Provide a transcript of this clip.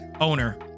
owner